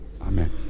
Amen